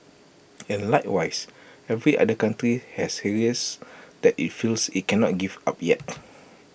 and likewise every other country has areas that IT feels IT cannot give up yet